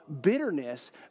bitterness